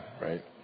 right